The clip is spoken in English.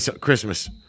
Christmas